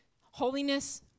holiness